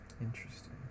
interesting